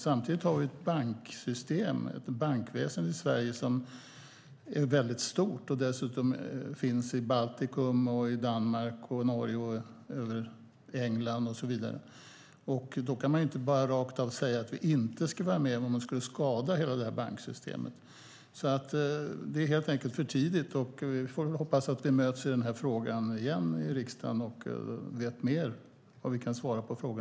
Samtidigt har vi ett bankväsen i Sverige som är stort och dessutom finns i Baltikum, Danmark, Norge, England och så vidare. Då kan man inte rakt av säga att vi inte ska vara med ifall det skulle skada hela banksystemet. Det är helt enkelt för tidigt att svara på det. Vi får hoppas att vi kan diskutera frågan igen i riksdagen och att vi då vet mer.